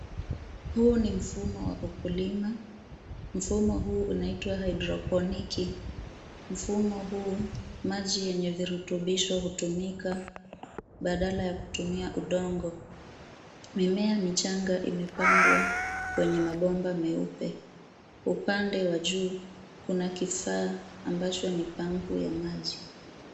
Huu ni mfumo wa ukulima. Mfumo huu unaitwa haidroponiki. Mfumo huu maji yenye virutubisho hutumika badala ya kutumia udongo. Mimea michanga imepandwa kwenye mabomba meupe. Upande wa juu kuna kifaa ambacho ni pampu ya maji.